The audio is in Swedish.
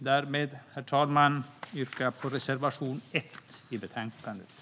Därmed, herr talman, yrkar jag bifall till reservation 1.